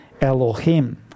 Elohim